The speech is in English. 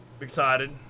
excited